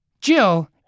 Jill